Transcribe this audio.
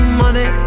money